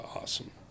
awesome